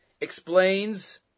Explains